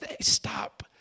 stop